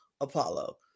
Apollo